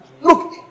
look